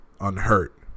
unhurt